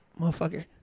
motherfucker